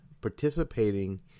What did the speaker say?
participating